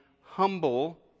humble